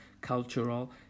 cultural